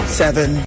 seven